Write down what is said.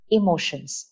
emotions